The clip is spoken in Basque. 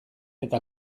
eta